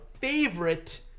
favorite